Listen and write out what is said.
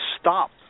stop